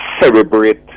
celebrate